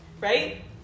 right